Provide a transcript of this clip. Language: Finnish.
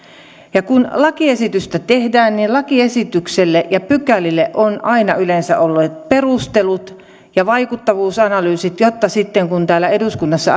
kun lakiesitystä tehdään niin lakiesitykselle ja pykälille on aina yleensä ollut perustelut ja vaikuttavuusanalyysit jotta sitten kun täällä eduskunnassa